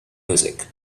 music